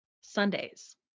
Sundays